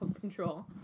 control